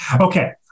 okay